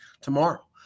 tomorrow